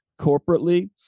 corporately